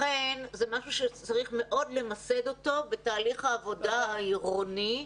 לכן זה משהו שצריך למסד אותו בתהליך העבודה העירוני.